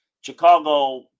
Chicago